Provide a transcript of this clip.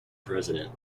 president